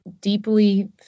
deeply